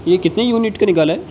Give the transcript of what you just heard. یہ کتنے یونٹ کا نکالا ہے